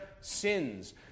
sins